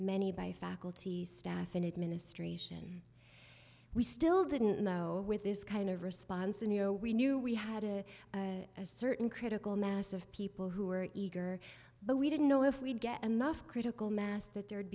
many by faculty staff and administration we still didn't know with this kind of response and you know we knew we had a certain critical mass of people who were eager but we didn't know if we'd get enough critical mass that there